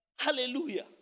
Hallelujah